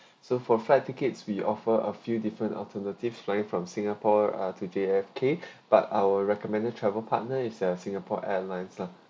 so for flight tickets we offer a few different alternative flying from singapore uh to D_F_K but our recommended travel partner is uh singapore airlines lah